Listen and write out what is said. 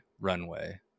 runway